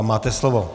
Máte slovo.